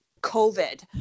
COVID